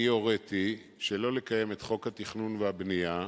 אני הוריתי שלא לקיים את חוק התכנון והבנייה,